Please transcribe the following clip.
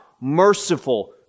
merciful